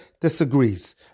disagrees